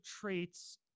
traits